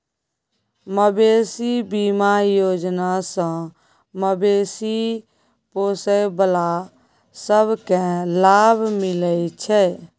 मबेशी बीमा योजना सँ मबेशी पोसय बला सब केँ लाभ मिलइ छै